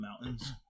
mountains